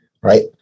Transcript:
right